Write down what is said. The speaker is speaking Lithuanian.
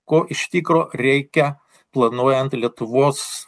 ko iš tikro reikia planuojant lietuvos